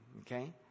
okay